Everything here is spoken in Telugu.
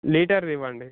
లీటర్ది ఇవ్వండి